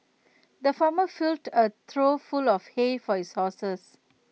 the farmer filled A trough full of hay for his horses